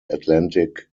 atlantic